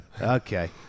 okay